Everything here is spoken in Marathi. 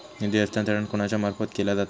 निधी हस्तांतरण कोणाच्या मार्फत केला जाता?